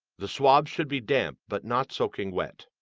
the swab should be damp but not soaking wet.